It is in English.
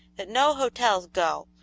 that no hotels go.